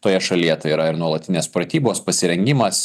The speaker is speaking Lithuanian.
toje šalyje tai yra ir nuolatinės pratybos pasirengimas